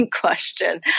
question